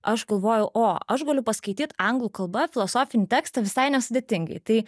aš galvojau o aš galiu paskaityt anglų kalba filosofinį tekstą visai nesudėtingai tai